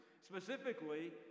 specifically